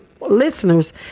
listeners